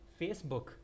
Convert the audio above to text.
Facebook